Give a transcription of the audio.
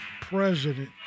president